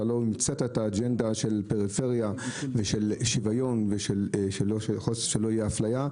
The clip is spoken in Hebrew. אתה לא המצאת את האג'נדה של פריפריה ושל שוויון ושלא תהיה אפליה,